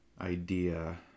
idea